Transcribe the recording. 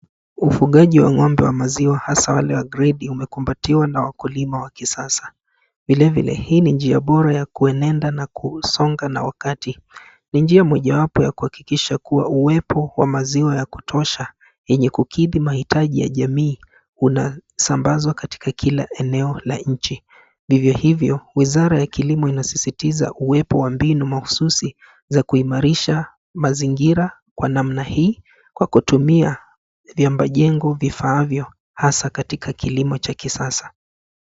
Ufugaji wa ngombe wa maziwa hasa wa gredi umekumbatiwa na wakulima hasa wa kisasa. Vile vile hii ni njia bora ya kuenenda na kusonga na wakati. Ni njia mojawapo ya kuhakikisha uwepo wa maziwa ya kutosha yenye kukidhi mahitaji ya jamii kunasambazwa katika kila eneo la nchi. Vivyo hivyo wizara ya kilimo inasisitiza uwepo wa mbinu mahususi ya kuimarisha mazingira ya namna hii hasa katika kilimo cha kisasa.